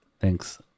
Thanks